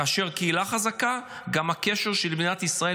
כאשר הקהילה חזקה גם הקשר של מדינת ישראל